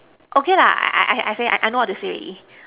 okay lah I I I say I know what to say already